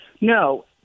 No